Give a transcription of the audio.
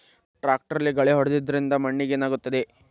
ಟ್ರಾಕ್ಟರ್ಲೆ ಗಳೆ ಹೊಡೆದಿದ್ದರಿಂದ ಮಣ್ಣಿಗೆ ಏನಾಗುತ್ತದೆ?